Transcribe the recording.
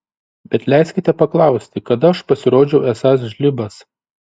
bet leiskite paklausti kada aš pasirodžiau esąs žlibas